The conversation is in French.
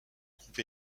groupe